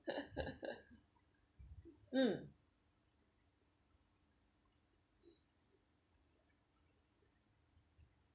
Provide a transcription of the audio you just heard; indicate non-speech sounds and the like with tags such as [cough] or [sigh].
[laughs] mm